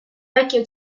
vecchio